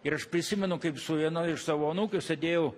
ir aš prisimenu kaip su viena iš savo anūkių aš sėdėjau